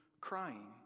crying